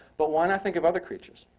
but why not think of other creatures?